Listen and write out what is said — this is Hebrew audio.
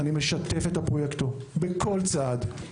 שיתפתי את הפרויקטור בכל צעד.